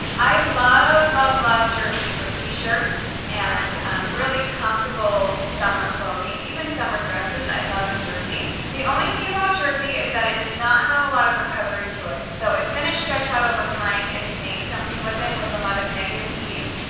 i love love love jersey for t-shirts and really comfortable summer clothing. even summer dresses, i love in jersey. the only thing about jersey is that it does not have a lot of recovery to it. so it's gonna stretch out over time, if you make something with it, with a lot of negative ease.